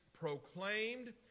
proclaimed